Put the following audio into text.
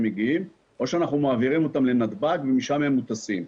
שהם מגיעים או שאנחנו מעבירים אותם לנתב"ג ומשם הם טסים.